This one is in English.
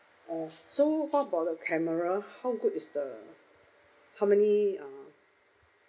uh so how about the camera how good is the how many um